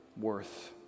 worth